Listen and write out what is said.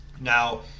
Now